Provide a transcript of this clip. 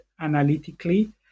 analytically